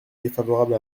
défavorable